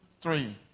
three